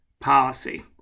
policy